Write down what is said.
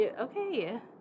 Okay